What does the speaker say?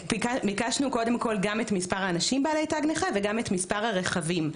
ביקשנו גם את מספר האנשים בעלי תג נכה וגם את מספר הרכבים,